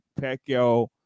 Pacquiao